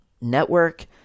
network